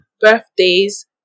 birthdays